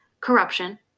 corruption